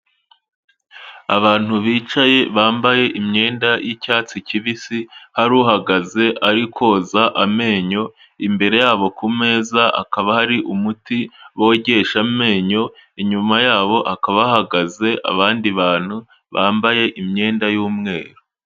Abantu bicaye bambaye imyenda y'icyatsi kibisi, hari uhagaze ari koza amenyo, imbere yabo ku meza akaba hari umuti bogesha amenyo, inyuma yabo hakaba hahagaze abandi bantu bambaye imyenda y'umweru.